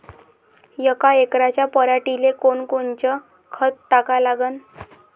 यका एकराच्या पराटीले कोनकोनचं खत टाका लागन?